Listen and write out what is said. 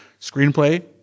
Screenplay